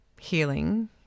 healing